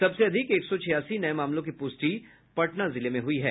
सबसे अधिक एक सौ छियासी नये मामलों की पुष्टि पटना जिले में हुई हैं